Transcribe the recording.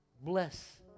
Bless